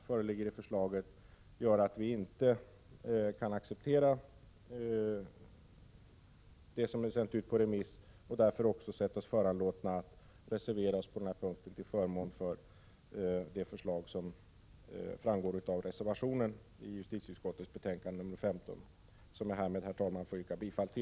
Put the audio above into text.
Detta gör att vi inte kan acceptera det förslag som sänts ut på remiss, och vi har därför sett oss föranlåtna att reservera oss på dessa punkter till förmån för det förslag som framförts i reservationen. Herr talman! Jag yrkar bifall till reservationen i justitieutskottets betänkande nr 15.